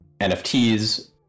nfts